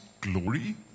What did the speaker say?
glory